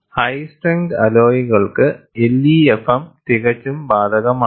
high strength അലോയ്കൾക്ക് LEFM തികച്ചും ബാധകമാണ്